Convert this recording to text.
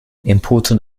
important